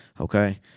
Okay